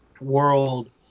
world